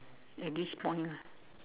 at this point ah